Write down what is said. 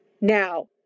Now